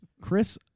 Chris